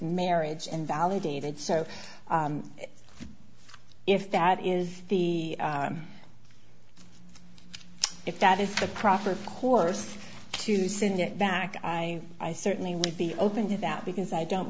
marriage and validated so if that is the if that is the proper course to send it back i i certainly would be open to that because i don't